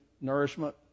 nourishment